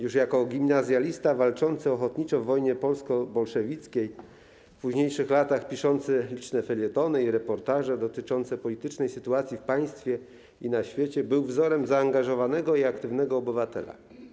Już jako gimnazjalista walczący ochotniczo w wojnie polsko-bolszewickiej, w późniejszych latach piszący liczne felietony i reportaże dotyczące politycznej sytuacji w państwie i na świecie, był wzorem zaangażowanego i aktywnego obywatela.